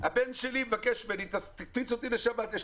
הבן שלי מבקש ממני: תקפיץ אותי לשבת אליך הביתה.